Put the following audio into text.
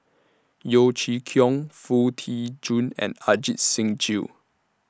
Yeo Chee Kiong Foo Tee Jun and Ajit Singh Gill